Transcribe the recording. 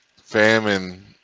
famine